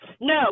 No